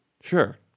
sure